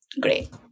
Great